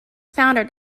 foundered